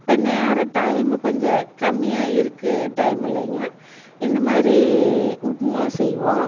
இப்போ நேரம் டைம்மு கொஞ்சம் கம்மியாக இருக்குது டைமில்லைங்க இந்தமாதிரி உப்புமா செய்வோம்